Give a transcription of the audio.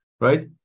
right